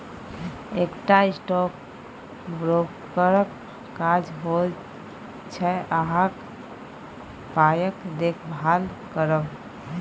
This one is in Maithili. एकटा स्टॉक ब्रोकरक काज होइत छै अहाँक पायक देखभाल करब